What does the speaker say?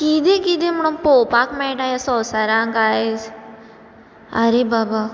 किदें किदें म्हणून पळोवक मेळटा ह्या संवसारान आयज आरे बाबा